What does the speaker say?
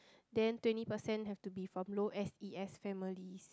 then twenty percent have to be from low S_E_S families